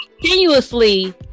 continuously